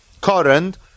current